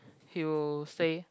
he will say